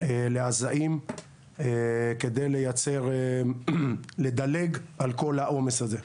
לא-זעיים כדי לדלג על כל העומס הזה,